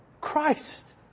Christ